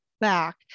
back